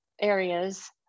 areas